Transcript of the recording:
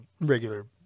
regular